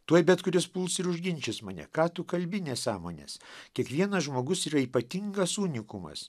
tuoj bet kuris puls ir užginčys mane ką tu kalbi nesąmones kiekvienas žmogus yra ypatingas unikumas